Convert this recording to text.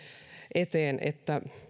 eteen että